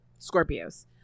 Scorpios